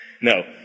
No